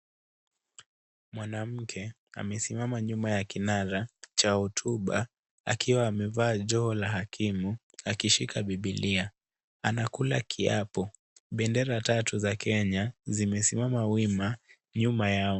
Mwanamke amesimama nyuma ya kinara cha hotuba akiwa amevaa joho la hakimu akishika bibilia. Anakula kiapo, bendera tatu za kenya zimesimama wima nyuma yao.